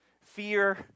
fear